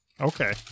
Okay